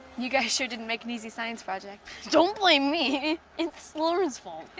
you guys sure didn't make an easy science project. don't blame me. it's lauren's fault.